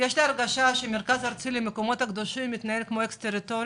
יש לי הרגשה שהמרכז הארצי למקומות הקדושים מתנהל כמו אקס טריטוריה.